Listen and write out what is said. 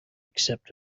except